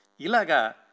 ilaga